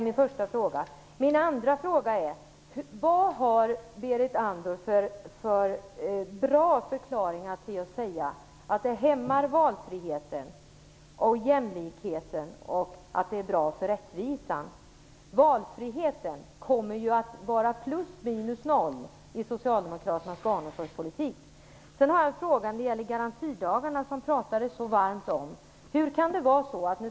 Min andra fråga är: Vad har Berit Andnor för bra förklaring till att säga att vårdnadsbidraget hämmar valfriheten och jämlikheten, och att det avskaffas är bra för rättvisan? Valfriheten kommer ju att vara plus minus noll i Socialdemokraternas barnomsorgspolitik. Sedan har jag en fråga när det gäller garantidagarna som det talades så varmt om.